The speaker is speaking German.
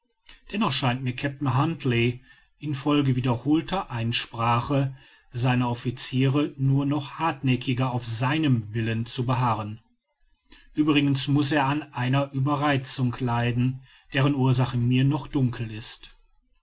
dennoch scheint mir kapitän huntly in folge wiederholter einsprache seiner officiere nur noch hartnäckiger auf seinem willen zu beharren uebrigens muß er an einer ueberreizung leiden deren ursache mir noch dunkel ist